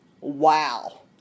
Wow